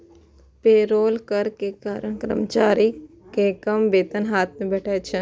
payroll कर के कारण कर्मचारी कें कम वेतन हाथ मे भेटै छै